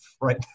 right